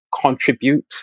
contribute